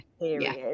period